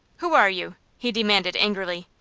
who are you? he demanded, angrily.